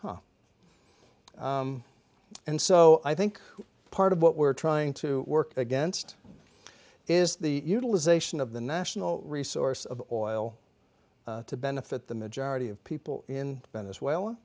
things and so i think part of what we're trying to work against is the utilization of the national resource of oil to benefit the majority of people in venezuela